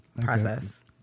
process